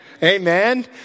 Amen